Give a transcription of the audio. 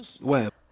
Web